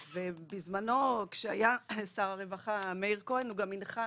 ובזמנו, כשהיה שר הרווחה מאיר כהן, הוא גם הנחה